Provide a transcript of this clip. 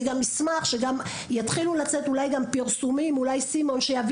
אני אשמח אם ייצאו פרסומים כדי שאנשים